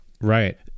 Right